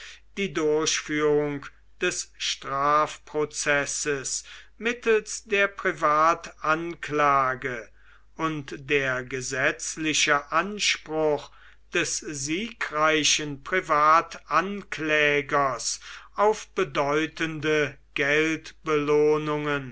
die durchführung des strafprozesses mittels der privatanklage und der gesetzliche anspruch des siegreichen privatanklägers auf bedeutende